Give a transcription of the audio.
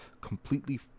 completely